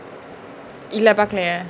இல்ல பாக்கலயே:illa paakalaye